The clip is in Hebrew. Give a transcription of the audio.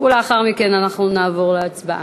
לאחר מכן אנחנו נעבור להצבעה.